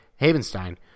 Havenstein